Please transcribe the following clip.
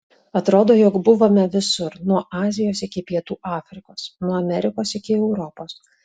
atrodo jog buvome visur nuo azijos iki pietų afrikos nuo amerikos iki europos